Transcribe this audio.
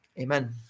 Amen